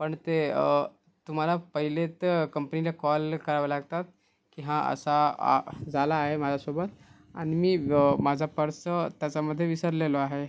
पण ते तुम्हाला पहिले तर कंपनीला कॉल करावे लागतात की हा असा हा झाला आहे माझ्यासोबत आणि मी माझा पर्स त्याच्यामध्ये विसरलेलो आहे